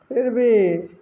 ଫର୍ବି